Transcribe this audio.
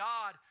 God